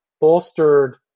bolstered